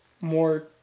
more